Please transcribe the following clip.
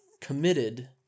committed